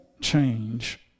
change